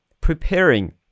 preparing